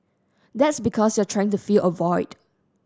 that's because you're trying to fill a void